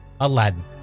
Aladdin